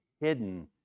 hidden